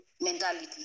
mentality